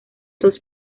dos